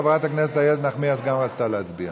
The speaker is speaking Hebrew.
גם חברת הכנסת איילת נחמיאס רצתה להצביע.